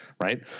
Right